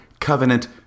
Covenant